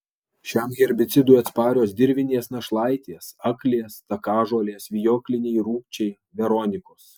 šiam herbicidui atsparios dirvinės našlaitės aklės takažolės vijokliniai rūgčiai veronikos